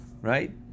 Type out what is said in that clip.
right